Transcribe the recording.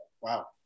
wow